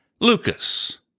Lucas